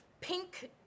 pink